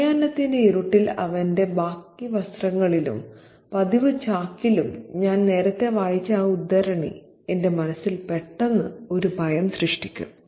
സായാഹ്നത്തിന്റെ ഇരുട്ടിൽ അവന്റെ ബാഗി വസ്ത്രങ്ങളിലും പതിവ് ചാക്കിലും ഞാൻ നേരത്തെ വായിച്ച ആ ഉദ്ധരണി എന്റെ മനസ്സിൽ പെട്ടെന്ന് ഒരു ഭയം സൃഷ്ടിക്കും